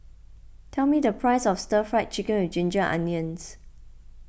tell me the price of Stir Fried Chicken with Ginger Onions